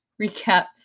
recap